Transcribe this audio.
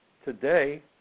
today